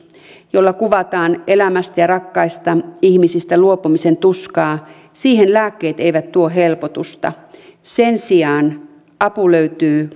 millä kuvataan elämästä ja rakkaista ihmisistä luopumisen tuskaa lääkkeet eivät tuo helpotusta sen sijaan apu löytyy